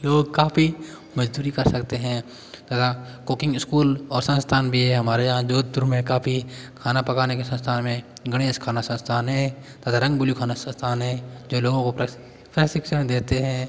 लोग काफ़ी मज़दूरी कर सकते हैं तथा कुकिंग इस्कूल और संस्थान भी हैं हमारे यहाँ जोधपुर में काफ़ी खाना पकाने के संस्थान हैं गणेश खाना संस्थान है अतररंग बुली खाना संस्थान है जो लोगो को प्रशिक्षण देते हैं